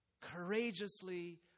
Courageously